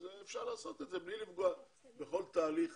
אפשר לעשות את זה בלי לפגוע בכל התהליך